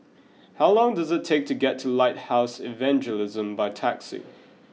how long does it take to get to Lighthouse Evangelism by taxi